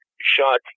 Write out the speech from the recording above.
shot